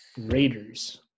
Raiders